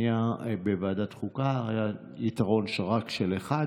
בוועדת החוקה, היה יתרון רק של אחד.